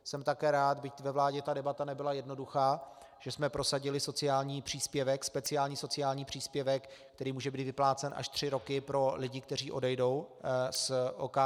Jsem také rád, byť ve vládě ta debata nebyla jednoduchá, že jsme prosadili sociální příspěvek, speciální sociální příspěvek, který může být vyplácen až tři roky pro lidi, kteří odejdou z OKD.